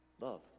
Love